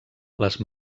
les